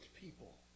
people